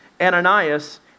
Ananias